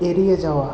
এড়িয়ে যাওয়া